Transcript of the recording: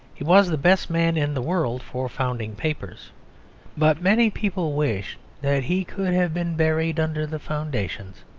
he was the best man in the world for founding papers but many people wished that he could have been buried under the foundations,